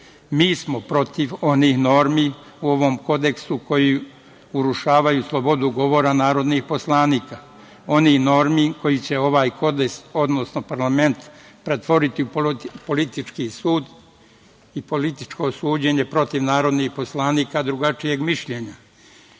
smo protiv onih normi u ovom Kodeksu koje urušavaju slobodu govora narodnih poslanika, onih normi koje će ovaj Kodeks, odnosno parlament pretvoriti u politički sud i političko suđenje narodnim poslanicima drugačijeg mišljenja,